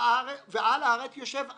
ועל הארץ יושב עם,